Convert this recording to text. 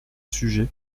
sujets